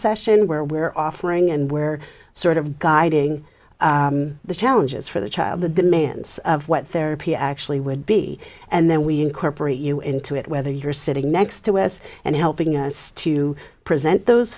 session where we're offering and where sort of guiding the challenges for the child the demands of what therapy actually would be and then we incorporate you into it whether you're sitting next to us and helping us to present those